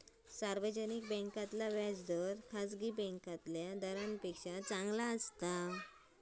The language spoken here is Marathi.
सार्वजनिक बॅन्कांतला व्याज दर खासगी बॅन्कातल्या दरांपेक्षा चांगलो असता